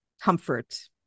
comfort